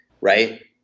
right